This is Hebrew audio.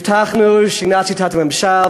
הבטחנו שינוי שיטת הממשל,